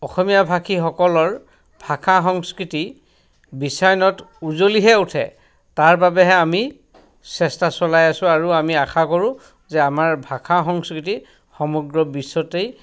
অসমীয়া ভাষীসকলৰ ভাখা সংস্কৃতি বিশ্বায়নত উজ্বলিহে উঠে তাৰ বাবেহে আমি চেষ্টা চলাই আছোঁ আৰু আমি আশা কৰোঁ যে আমাৰ ভাষা সংস্কৃতি সমগ্ৰ বিশ্বতেই